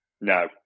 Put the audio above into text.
no